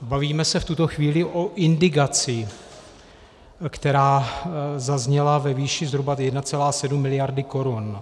Bavíme se v tuto chvíli o indikaci, která zazněla, ve výši zhruba 1,7 miliardy korun.